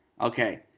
Okay